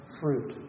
fruit